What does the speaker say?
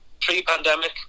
pre-pandemic